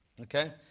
Okay